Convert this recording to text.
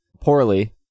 poorly